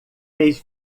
fez